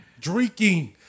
drinking